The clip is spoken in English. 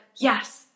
yes